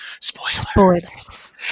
Spoilers